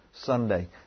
Sunday